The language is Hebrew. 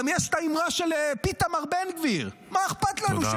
גם יש האמרה של פיתמר בן גביר: מה אכפת לנו?